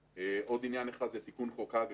עוד עניין אחד זה תיקון חוק הג"א.